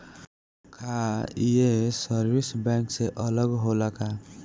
का ये service bank से अलग होला का?